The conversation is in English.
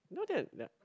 no that ya